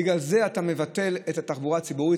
ובגלל זה אתה מבטל את התחבורה הציבורית,